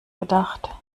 gedacht